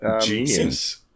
Genius